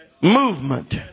movement